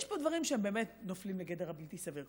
יש פה דברים שהם באמת נופלים לגדר הבלתי-סביר.